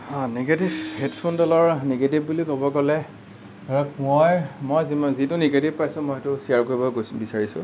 negative হেডফোনডালৰ negative বুলি ক'ব গ'লে ধৰক মই মই যিমান যিটো নিগেটিভ পাইছোঁ মই সেইটো শ্বেয়াৰ কৰিব গৈছোঁ বিচাৰিছোঁ